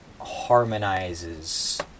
harmonizes